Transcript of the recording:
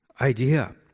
idea